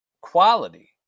quality